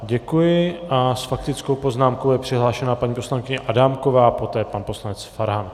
Děkuji a s faktickou poznámkou je přihlášena paní poslankyně Adámková, poté pan poslanec Farhan.